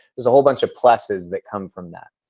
there's a whole bunch of pluses that come from that.